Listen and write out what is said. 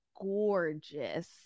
gorgeous